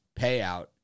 payout